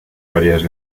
varias